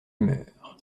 humeur